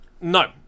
No